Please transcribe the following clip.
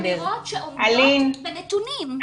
אבל יש אמירות שעומדות בנתונים.